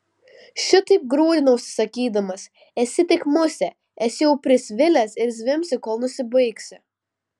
šitaip grūdinausi sakydamas esi tik musė esi jau prisvilęs ir zvimbsi kol nusibaigsi